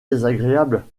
désagréable